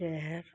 ਸ਼ਹਿਰ